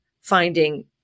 finding